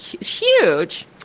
huge